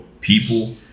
people